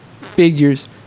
figures